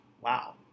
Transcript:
wow